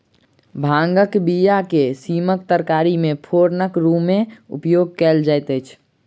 भांगक बीया के सीमक तरकारी मे फोरनक रूमे उपयोग कयल जाइत अछि